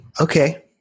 Okay